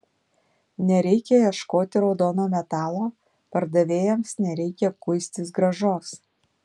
nereikia ieškoti raudono metalo pardavėjams nereikia kuistis grąžos